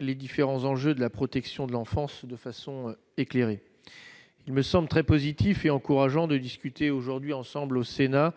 les différents enjeux, de la protection de l'enfance de façon éclairée, il me semble très positif et encourageant de discuter aujourd'hui ensemble au Sénat